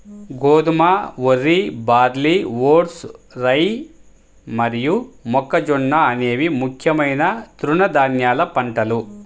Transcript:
గోధుమ, వరి, barley, oats, rye మరియు మొక్కజొన్న అనేవి ముఖ్యమైన తృణధాన్యాల పంటలు